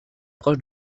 proche